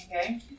Okay